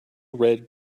red